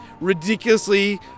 ridiculously